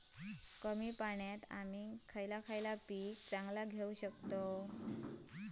कमी पाण्यात आम्ही खयला पीक चांगला घेव शकताव?